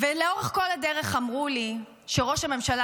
ולאורך כל הדרך אמרו לי שראש הממשלה